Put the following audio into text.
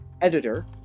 editor